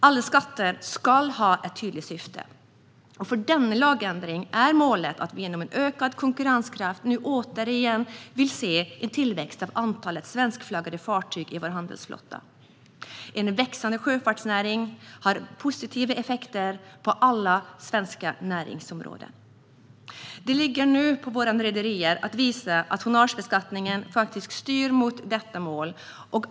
Alla skatter ska ha ett tydligt syfte, och för denna lagändring är målet att vi genom en ökad konkurrenskraft nu återigen ska se en tillväxt av antalet svenskflaggade fartyg i vår handelsflotta. En växande sjöfartsnäring har positiva effekter på alla svenska näringsområden. Det ligger nu på våra rederier att visa att tonnagebeskattningen faktiskt styr mot detta mål.